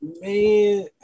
Man